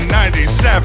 97